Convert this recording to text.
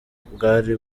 bwari